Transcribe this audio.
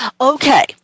Okay